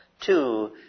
Two